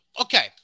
Okay